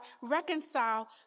reconcile